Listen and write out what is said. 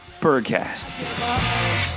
Birdcast